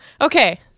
Okay